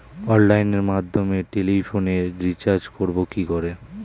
অনলাইনের মাধ্যমে টেলিফোনে রিচার্জ করব কি করে?